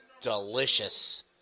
delicious